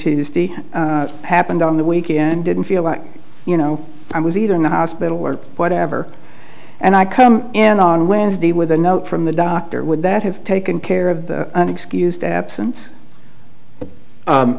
tuesday happened on the weekend didn't feel like you know i was either in the hospital or whatever and i come in on wednesday with a note from the doctor would that have taken care of